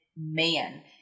man